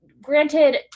granted